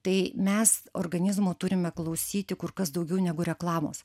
tai mes organizmo turime klausyti kur kas daugiau negu reklamos